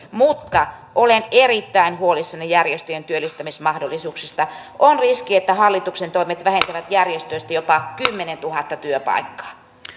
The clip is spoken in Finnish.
mutta olen erittäin huolissani järjestöjen työllistämismahdollisuuksista on riski että hallituksen toimet vähentävät järjestöistä jopa kymmenentuhatta työpaikkaa